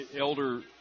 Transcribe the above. Elder